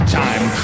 time